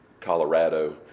Colorado